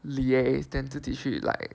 liaise then 自己去 like